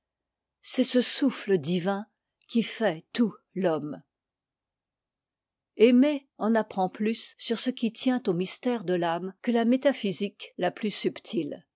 c'est ce souffle divin qui fait tout l'homme aimer en apprend plus sur ce qui tient aux mystères de l'âme que la métaphysique la plus